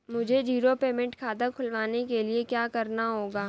मुझे zero payment खाता खुलवाने के लिए क्या करना होगा?